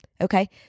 Okay